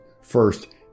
First